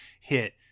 hit